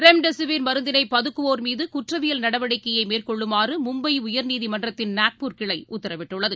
remdesivir மருந்தினைபதுக்குவோர்மீதுகுற்றவியல் நடவடிக்கையைமேற்கொள்ளுமாறுமும்பைஉயர்நீதிமன்றத்தின் நாக்பூர் கிளைஉத்தரவிட்டுள்ளது